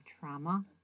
trauma